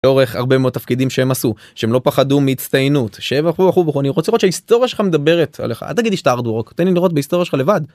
לאורך הרבה מאוד תפקידים שהם עשו, שהם לא פחדו מהצטיינות שוכו' וכו' וכו', אני רוצה לראות שההיסטוריה שלך מדברת עליך, אל תגיד לי שאתה hardwork תן לי לראות בהיסטוריה שלך לבד.